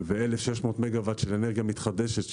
ו-1,600 מגה-ואט של אנרגיה מתחדשת,